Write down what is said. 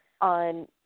on